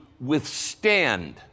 withstand